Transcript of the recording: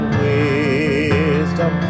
wisdom